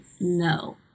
no